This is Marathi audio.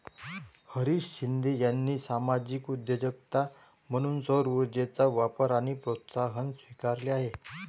हरीश शिंदे यांनी सामाजिक उद्योजकता म्हणून सौरऊर्जेचा वापर आणि प्रोत्साहन स्वीकारले आहे